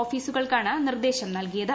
ഓഫീസുകൾക്കാണ് നിർദ്ദേശം നൽകിയത്